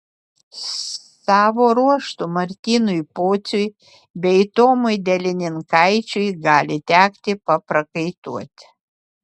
savo ruožtu martynui pociui bei tomui delininkaičiui gali tekti paprakaituoti